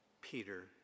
Peter